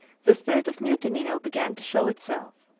the spirit of mutiny now began to show itself.